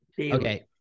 Okay